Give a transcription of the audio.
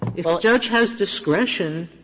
if the judge has discretion,